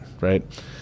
right